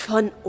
Von